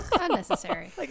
Unnecessary